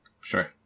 Sure